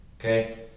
okay